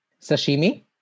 Sashimi